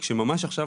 כשממש עכשיו,